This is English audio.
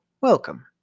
welcome